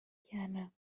کردم